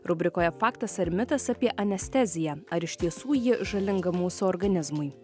rubrikoje faktas ar mitas apie anesteziją ar iš tiesų ji žalinga mūsų organizmui